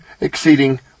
exceeding